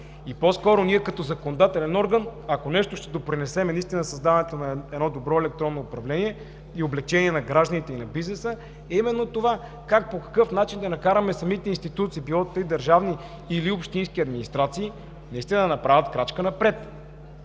И по-скоро ние като законодателен орган, ако с нещо ще допринесем за създаването на едно добро електронно управление и облекчение на гражданите и на бизнеса, е именно това: как и по какъв начин да накараме самите институции – било то държавни или общински администрации, наистина да направят крачка напред.